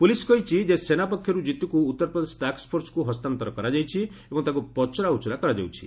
police କହିଛି ଯେ ସେନା ପକ୍ଷରୁ ଜିତୁକୁ ଉତ୍ତରପ୍ରଦେଶ ଟାସ୍କଫୋର୍ସକୁ ହସ୍ତାନ୍ତର କରାଯାଇଛି ଏବଂ ତାକୁ ପଚରାଉଚୁରା କରାଯାଉଛି